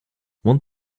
want